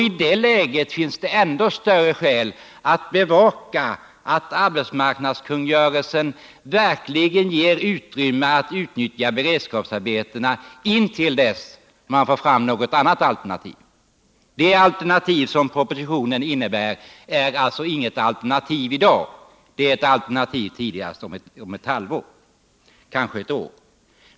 I det läget finns det ännu större skäl att bevaka att arbetsmarknadskungörelsen verkligen ger möjlighet att utnyttja beredskapsarbetena intill dess man fått fram något annat alternativ. Det alternativ som propositionen föreslår är alltså inte något alternativ i dag — det är ett alternativ tidigast om ett halvår eller kanske först om ett år.